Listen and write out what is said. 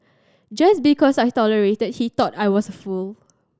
just because I tolerated he thought I was fool